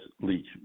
Leach